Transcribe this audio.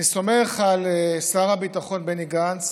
אני סומך על שר הביטחון בני גנץ